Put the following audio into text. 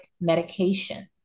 medication